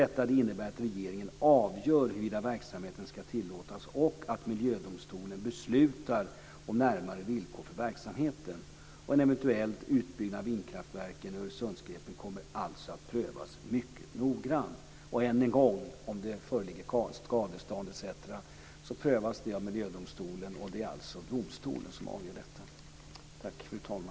Detta innebär att regeringen avgör huruvida verksamheten ska tillåtas och att Miljödomstolen beslutar om närmare villkor för verksamheten. En eventuellt utbyggnad av vindkraftverken i Öresundsgrepen kommer alltså att prövas mycket noggrant. Än en gång: Frågan om det föreligger skadestånd etc prövas det av Miljödomstolen. Det är alltså domstolen som avgör detta.